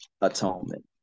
atonement